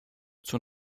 zur